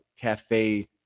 cafe